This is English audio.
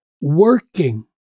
working